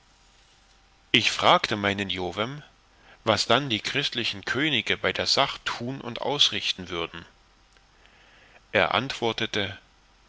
ich fragte meinen jovem was dann die christlichen könige bei der sach tun und ausrichten würden er antwortete